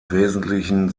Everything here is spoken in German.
wesentlichen